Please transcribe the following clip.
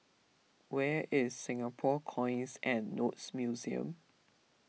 where is Singapore Coins and Notes Museum